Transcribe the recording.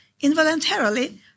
involuntarily